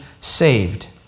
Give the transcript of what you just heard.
saved